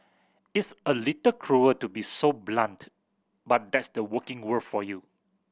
it's a little cruel to be so blunt but that's the working world for you